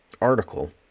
article